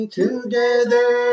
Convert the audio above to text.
together